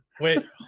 Wait